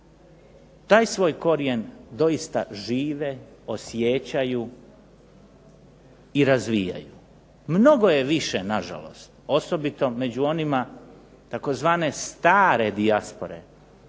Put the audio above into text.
taj svoj korijen doista žive, osjećaju i razvijaju. Mnogo je više nažalost osobito među onima tzv. stare dijaspore